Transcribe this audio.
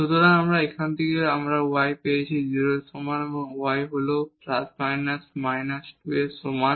সুতরাং এখান থেকে আমরা y পেয়েছি 0 এর সমান এবং y হল ± 2 এর সমান